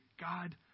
God